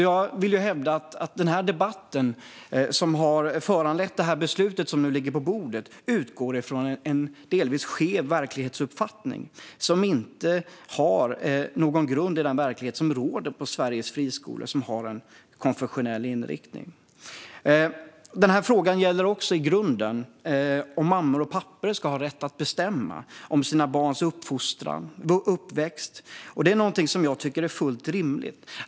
Jag vill hävda att den debatt som har föranlett det beslut som nu ligger på bordet utgår från en delvis skev verklighetsuppfattning som inte har någon grund i den verklighet som råder på Sveriges friskolor som har en konfessionell inriktning. Frågan gäller också i grunden om mammor och pappor ska ha rätt att bestämma över sina barns uppfostran och uppväxt. Det är någonting som jag tycker är fullt rimligt.